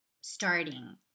starting